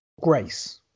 grace